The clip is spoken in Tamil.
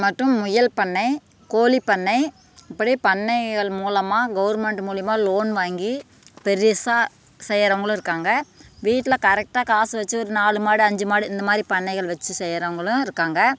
மற்றும் முயல் பண்ணை இருக்குது கோழி பண்ணை இப்படி பண்ணைகள் மூலமாக கவர்மெண்ட் மூலிமா லோன் வாங்கி பெரிசாக செய்கிறவங்களும் இருக்காங்க வீட்டில் கரெக்ட்டாக காசு வச்சு ஒரு நாலு மாடு அஞ்சு மாடு இந்தமாதிரி பண்ணைகள் வச்சு செய்கிறவங்களும் இருக்காங்க